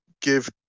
give